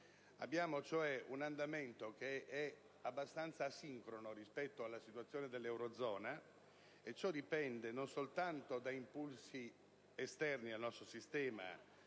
Abbiamo cioè un andamento abbastanza asincrono rispetto alla situazione dell'eurozona, e ciò dipende non soltanto da impulsi esterni al nostro sistema,